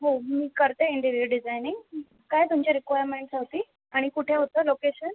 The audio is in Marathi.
हो मी करते इंटेरियर डिजायनिंग काय तुमच्या रिक्वायरमेन्ट होती आणि कुठे होतं लोकेशन